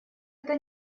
это